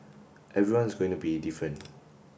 everyone is going to be different